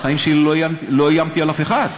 בחיים שלי לא איימתי על אף אחד.